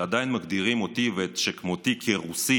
שעדיין מגדירים אותי ואת שכמותי רוסים